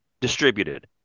distributed